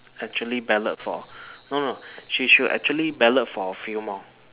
actually ballot for no no she should actually ballot for a few more